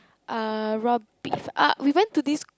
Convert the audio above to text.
uh raw beef uh we went to this